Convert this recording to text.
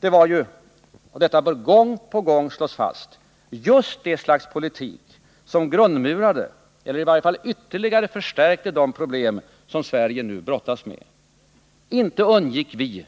Det var ju — och det bör gång efter gång slås fast — just det slags politik som grundmurade eller i varje fall ytterligare förstärkte de problem Sverige nu brottas med. Inte undgick vi